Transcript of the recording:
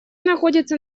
находится